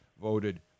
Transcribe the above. voted